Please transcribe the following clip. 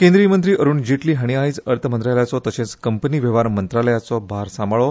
केंद्रीय मंत्री अरुण जेटली हांणी आयज अर्थमंत्रालयाचो तशेंच कंपनी वेव्हार मंत्रालयाचो भार सांबाळ्ळो